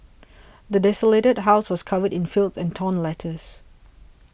the desolated house was covered in filth and torn letters